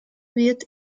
wird